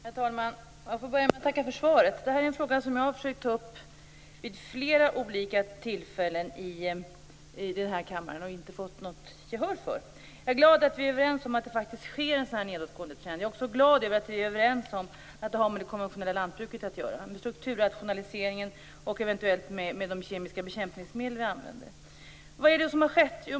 Herr talman! Jag får börja med att tacka för svaret. Detta är en fråga som jag försökt ta upp vid flera olika tillfällen i den här kammaren men inte fått något gehör för. Jag är glad att vi är överens om att det faktiskt finns en nedåtgående trend. Jag är också glad att vi är överens om att detta har med det konventionella lantbruket att göra, liksom med strukturrationaliseringen och eventuellt de kemiska bekämpningsmedlen vi använder. Vad är det då som har skett?